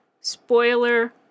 spoiler